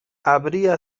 habría